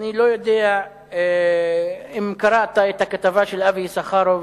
אני לא יודע אם קראת את הכתבה של אבי יששכרוף